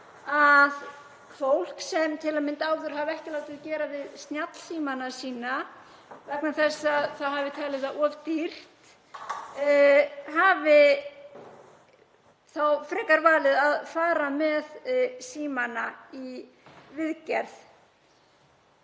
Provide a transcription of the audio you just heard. að fólk, sem hafi til að mynda áður ekki látið gera við snjallsímana sína vegna þess að það hafi talið það of dýrt, hafi frekar valið að fara með símana í viðgerð.